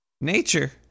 nature